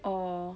or